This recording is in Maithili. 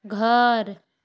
घर